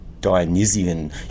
Dionysian